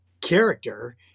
character